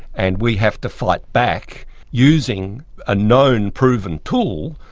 and we have to fight back using a known proven tool,